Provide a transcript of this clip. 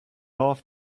off